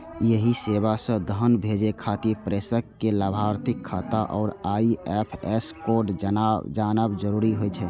एहि सेवा सं धन भेजै खातिर प्रेषक कें लाभार्थीक खाता आ आई.एफ.एस कोड जानब जरूरी होइ छै